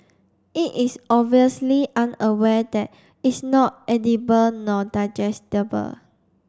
it is obviously unaware that it's not edible nor digestible